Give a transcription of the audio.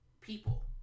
people